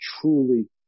truly